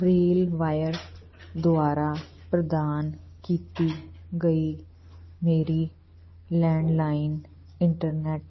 RailWire ਦੁਆਰਾ ਪ੍ਰਦਾਨ ਕੀਤੀ ਗਈ ਮੇਰੀ ਲੈਂਡਲਾਈਨ ਇੰਟਰਨੈਟ